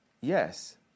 Yes